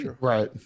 right